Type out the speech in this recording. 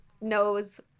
knows